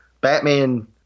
Batman